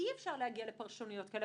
שאי-אפשר להגיע לפרשנויות כאלה.